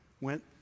went